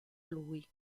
lui